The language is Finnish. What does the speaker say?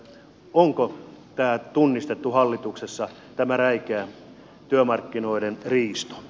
onko tunnistettu hallituksessa tämä räikeä työmarkkinoiden riisto